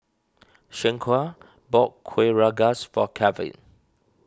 Shanequa bought Kuih Rengas for Kelvin